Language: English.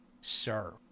sir